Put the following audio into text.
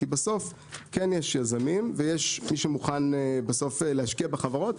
כי בסוף כן יש יזמים ויש מי שמוכן בסוף להשקיע בחברות,